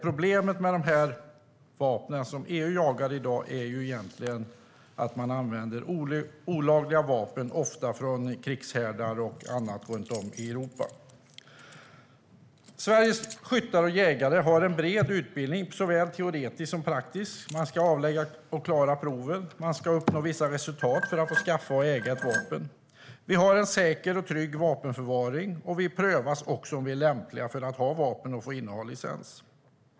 Problemet med de vapen som EU jagar i dag är egentligen att det är olagliga vapen, ofta från krigshärdar och annat, som används runt om i Europa. Sveriges skyttar och jägare har bred utbildning, såväl teoretisk som praktisk. Man ska avlägga och klara proven, och man ska uppnå vissa resultat för att få skaffa och äga ett vapen. Vi har en säker och trygg vapenförvaring. Det prövas också om vi är lämpliga att ha vapen och inneha licens.